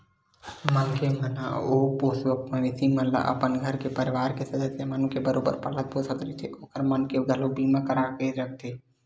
मनखे मन ह ओ पोसवा मवेशी मन ल अपन घर के परवार के सदस्य मन बरोबर पालत पोसत रहिथे ओखर मन के घलोक बीमा करा के रखथे